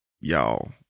y'all